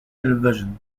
television